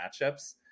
matchups